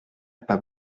pas